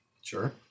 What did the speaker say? Sure